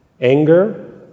anger